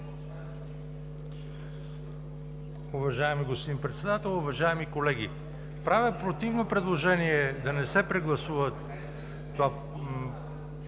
Уважаеми господин Председател, уважаеми колеги! Правя противно предложение да не се прегласува това, което вече